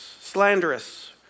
slanderous